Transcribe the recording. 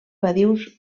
badius